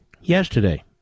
yesterday